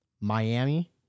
Miami